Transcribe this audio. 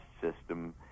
system